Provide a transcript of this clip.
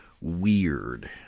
weird